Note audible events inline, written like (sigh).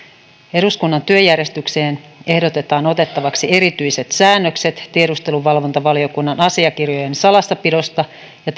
eduskunnan työjärjestykseen ehdotetaan otettavaksi erityiset säännökset tiedusteluvalvontavaliokunnan asiakirjojen salassapidosta ja (unintelligible)